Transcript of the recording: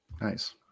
nice